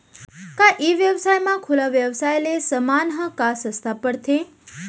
का ई व्यवसाय म खुला व्यवसाय ले समान ह का सस्ता पढ़थे?